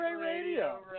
radio